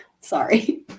Sorry